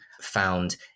found